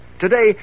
Today